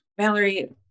Valerie